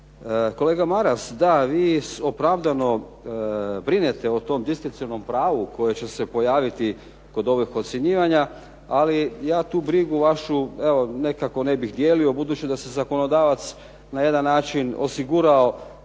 Kolega Maras da vi opravdano brinete o tom … pravu koji će se pojaviti kod ovih ocjenjivanja, ali ja tu brigu vašu evo nekako ne bih dijelio budući da se zakonodavac na jedan način osigurao